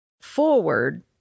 forward